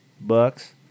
Bucks